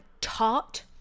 tart